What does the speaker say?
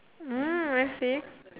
uh I see